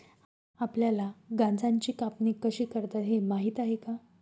आपल्याला गांजाची कापणी कशी करतात हे माहीत आहे का?